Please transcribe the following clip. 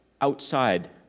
outside